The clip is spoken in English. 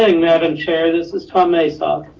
ah madam chair. this is tom mesag.